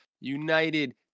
United